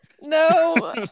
No